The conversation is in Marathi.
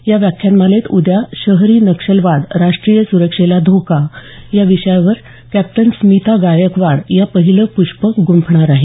या व्याख्यान मालेत उद्या शहरी नक्षलवाद राष्ट्रीय सुरक्षेला धोका या विषयावर कॅप्टन स्मिता गायकवाड या पहिलं प्रष्प ग्रंफणार आहेत